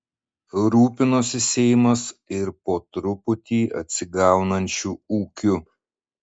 rūpinosi seimas ir po truputį atsigaunančiu ūkiu